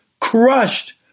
crushed